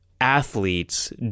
athletes